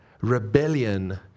rebellion